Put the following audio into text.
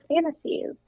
fantasies